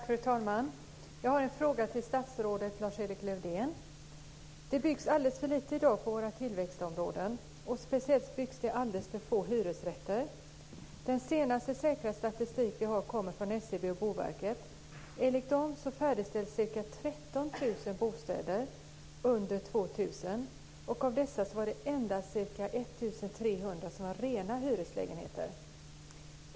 Fru talman! Jag har en fråga till statsrådet Lars Erik Lövdén. Det byggs alldeles för lite i dag i våra tillväxtområden. Speciellt byggs det alldeles för få hyresrätter. Den senaste säkra statistik vi har kommer från SCB och Boverket. Enligt dem färdigställs ca 13 000 bostäder under 2000, och av dessa var det endast ca 1 300 som var rena hyreslägenheter.